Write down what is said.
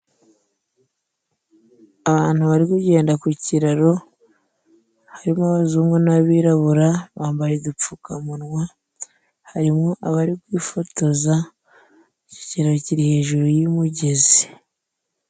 Abantu bari kugenda ku kiraro harimo abazungu n'abirabura, bambaye udupfukamunwa ,harimo abari kwifotoza, ikiraro kiri hejuru y'umugezi.